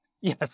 Yes